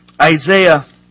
Isaiah